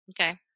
Okay